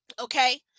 okay